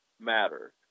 matter